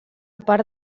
part